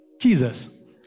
Jesus